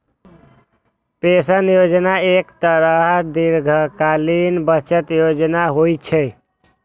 pension योजना एक तरहक दीर्घकालीन बचत योजना होइ छै